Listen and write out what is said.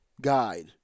guide